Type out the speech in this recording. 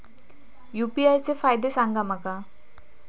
UPI चे फायदे सांगा माका?